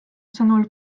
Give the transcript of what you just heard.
sõnul